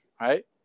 right